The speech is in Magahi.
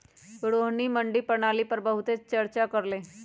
रोहिणी मंडी प्रणाली पर बहुत चर्चा कर लई